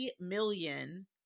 million